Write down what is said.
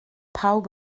pawb